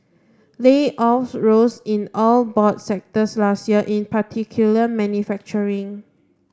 layoffs rose in all broad sectors last year in particular manufacturing